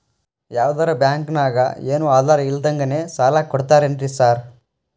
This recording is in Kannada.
ಯಾವದರಾ ಬ್ಯಾಂಕ್ ನಾಗ ಏನು ಆಧಾರ್ ಇಲ್ದಂಗನೆ ಸಾಲ ಕೊಡ್ತಾರೆನ್ರಿ ಸಾರ್?